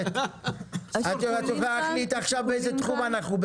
את יכולה להחליט עכשיו באיזה תחום אנחנו,